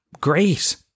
great